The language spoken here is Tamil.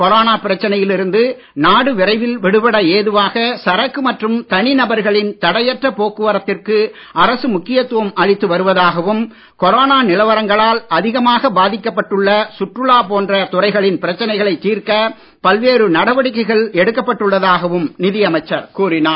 கொரோனா பிரச்சனையில் இருந்து நாடு விரைவில் விடுபட ஏதுவாக சரக்கு மற்றும் தனி நபர்களின் தடையற்ற போக்குவரத்திற்கு அரசு முக்கியத்துவம் அளித்து வருவதாகவும் கொரோனா நிலவரங்களால் அதிகமாக பாதிக்கப்பட்டுள்ள சுற்றுலா போன்ற துறைகளின் பிரச்சனைகளைத் தீர்க்க பல்வேறு நடவடிக்கைகள் எடுக்கப்பட்டு உள்ளதாகவும் நிதி அமைச்சர் கூறினார்